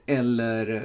eller